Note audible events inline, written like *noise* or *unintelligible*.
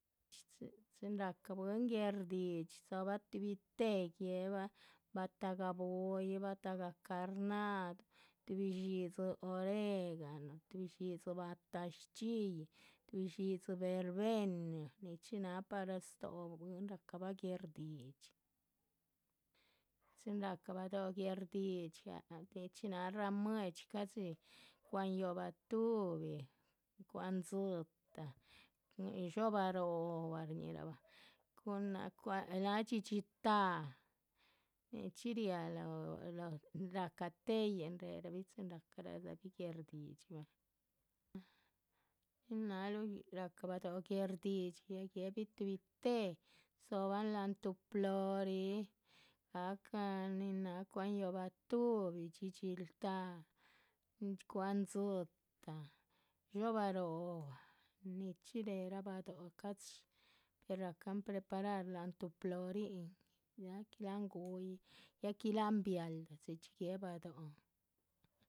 *unintelligible* chin rahcah bwín guerdidxi dzóbaha tuhbi té, guéhbah batahgah búhuyi, batahgah carnaduh, tuhbi dxídzi oregano, tuhbi dxídzi batashchxiyih. tuhbi dxídzi berbenah, nichxí náha para stóho bwín, rahcabha guerdidxi, chin rahcah bado´h guerdidxi, *unintelligible* nichxí náha ramuedxí ca´dxi cwa´han yóohbah. tuhbi, cwa´han dzitah, dhxóbah róhobah, shníhirabah cun náha cwa´han náha dxídxi táha, nichxí riáh lóho rahca téheyin réherabih chin racarabih guerdidxi, nin náhaluh. rahca bado´h guerdidxi, guehbi tuhbi téhe, dzóhobahn láhan tuh plori, gahcan nin náha cwa´han yóohbah tuhbi, dxídxil táh, nin cwa´han dzitah, dhxóbah róhobah, nichxí. réherah bado´h ca´dxi, rahcan preparar láhan tuh plorin nin ya que láha guhuyih ya que láhan bialdah chxí chxí guéhe bado´hn.